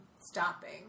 stopping